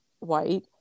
White